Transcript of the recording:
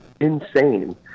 insane